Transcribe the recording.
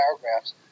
paragraphs